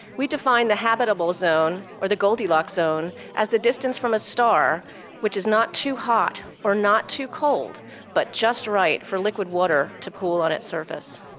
we define the habitable zone or the goldilocks zone as the distance from a star which is not too hot or not too cold but just right for liquid water to pool on its surface.